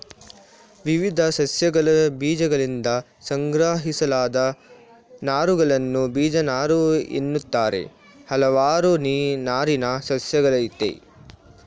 ವಿವಿಧ ಸಸ್ಯಗಳಬೀಜಗಳಿಂದ ಸಂಗ್ರಹಿಸಲಾದ ನಾರುಗಳನ್ನು ಬೀಜನಾರುಎನ್ನುತ್ತಾರೆ ಹಲವಾರು ನಾರಿನ ಸಸ್ಯಗಳಯ್ತೆ